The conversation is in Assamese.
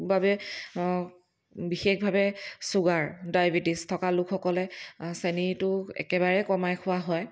বাবে বিশেষভাৱে চুগাৰ ডায়েবেটিছ থকা লোকসকলে চেনীটো একেবাৰে কমাই খোৱা হয়